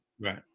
Right